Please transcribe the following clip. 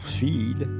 feed